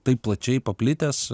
taip plačiai paplitęs